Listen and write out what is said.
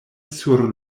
sur